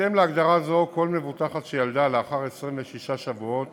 בהתאם להגדרה זו, כל מבוטחת שילדה לאחר 26 שבועות